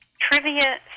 trivia